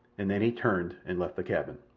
and then he turned and left the cabin.